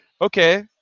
okay